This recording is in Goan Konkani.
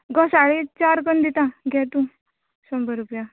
घोसाळी चार करून दिता घे तूं शंबर रुपया